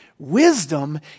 Wisdom